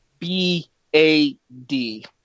B-A-D